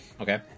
okay